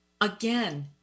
again